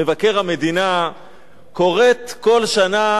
מבקר המדינה כורת כל שנה